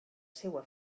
seua